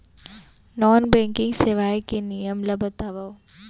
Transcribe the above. Non banking सेवाएं के नियम ला बतावव?